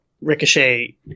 Ricochet